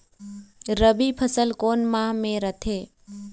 रबी फसल कोन माह म रथे?